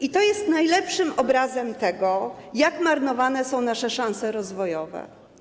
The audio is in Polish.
I to jest najlepszym obrazem tego, jak marnowane są nasze szanse rozwojowe.